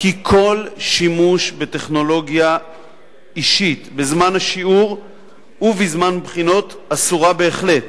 בו כי כל שימוש בטכנולוגיה אישית בזמן השיעור ובזמן בחינות אסורה בהחלט.